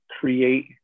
create